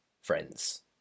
Friends